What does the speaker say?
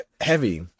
heavy